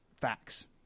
facts